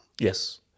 yes